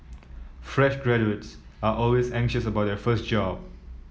fresh graduates are always anxious about their first job